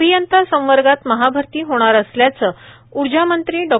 अभियंता संवर्गात महाभरती होणार असल्याची ऊर्जामंत्री डॉ